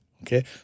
Okay